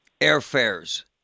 airfares